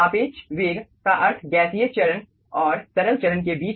सापेक्ष वेग का अर्थ गैसीय चरण और तरल चरण के बीच का वेग है